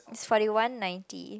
it's forty one ninety